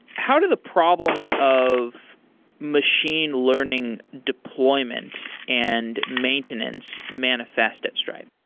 how do the problems of machine learning deployment and maintenance manifest at stripe?